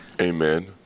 Amen